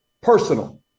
personal